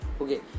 okay